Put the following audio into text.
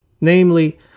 namely